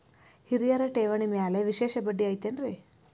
ಹಿರಿಯರ ಠೇವಣಿ ಮ್ಯಾಲೆ ವಿಶೇಷ ಬಡ್ಡಿ ಐತೇನ್ರಿ?